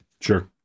Sure